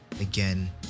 again